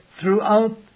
throughout